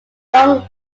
young